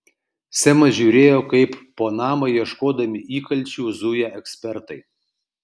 semas žiūrėjo kaip po namą ieškodami įkalčių zuja ekspertai